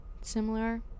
similar